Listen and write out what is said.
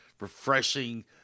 refreshing